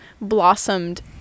blossomed